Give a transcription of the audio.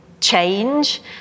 change